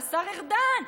השר ארדן,